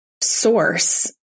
source